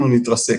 אנחנו נתרסק.